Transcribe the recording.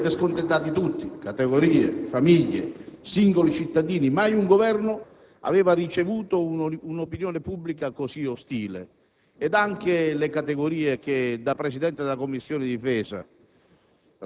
Li avete scontentati tutti: categorie, famiglie, singoli cittadini; mai un Governo aveva ravuto un'opinione pubblica così ostile e anche le categorie che da Presidente della Commissione difesa